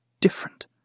different